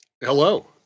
Hello